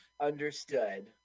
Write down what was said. understood